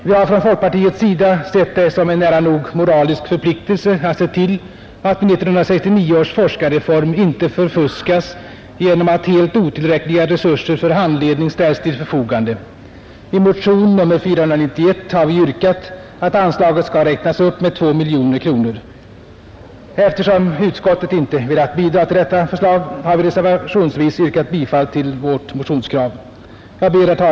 Vi har från folkpartiets sida betraktat det som en nära nog moralisk förpliktelse att se till att 1969 års forskarreform inte förfuskas genom att helt otillräckliga resurser för handledning ställs till förfogande. I motionen nr 491 har yrkats att anslaget skall räknas upp med 2 miljoner kronor. Eftersom utskottet inte velat tillmötesgå detta förslag, har vi reservationsvis yrkat bifall till vårt motionskrav.